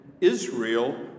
Israel